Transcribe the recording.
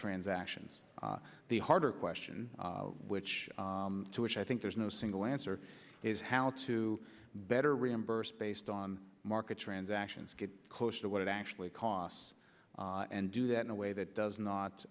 transactions the harder question which to which i think there's no single answer is how to better reimburse based on market transactions get close to what it actually costs and do that in a way that does